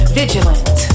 vigilant